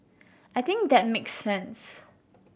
I think that makes sense